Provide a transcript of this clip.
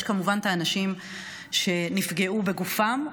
יש כמובן את האנשים שנפגעו בגופם,